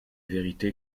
vérité